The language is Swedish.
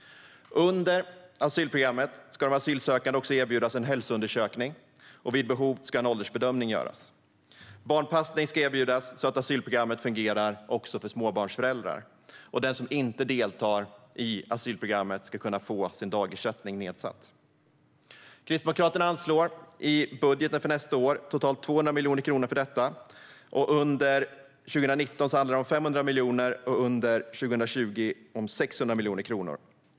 Under asylprogrammet ska de asylsökande erbjudas en hälsoundersökning, och vid behov ska en åldersbedömning göras. Barnpassning ska erbjudas, så att asylprogrammet fungerar också för småbarnsföräldrar. Den som inte deltar i asylprogrammet ska kunna få sin dagersättning nedsatt. Kristdemokraterna anslår i budgeten för nästa år totalt 200 miljoner kronor för detta. Under 2019 handlar det om 500 miljoner och under 2020 om 600 miljoner kronor.